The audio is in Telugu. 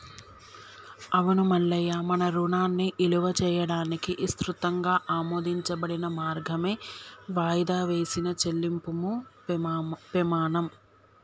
అవును మల్లయ్య మన రుణాన్ని ఇలువ చేయడానికి ఇసృతంగా ఆమోదించబడిన మార్గమే వాయిదా వేసిన చెల్లింపుము పెమాణం